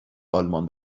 آلمان